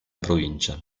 provincia